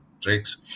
tricks